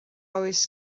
oes